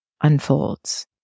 unfolds